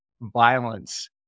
violence